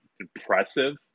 impressive